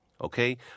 okay